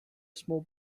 small